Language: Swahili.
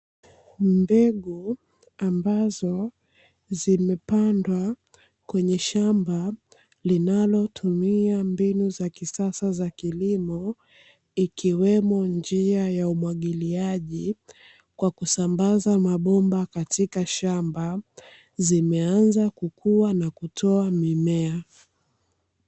Mbegu ambazo zimepandwa kwenye shamba linalotumia mbinu za kisasa za kilimo, ikiwemo njia ya umwagiliaji kwa kusambaza mabomba katika shamba zimeanza kukua na kutoa mimea.